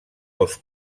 dos